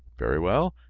very well,